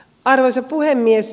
arvoisa puhemies